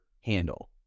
handle